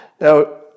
Now